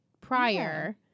Prior